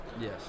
Yes